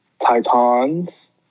Titans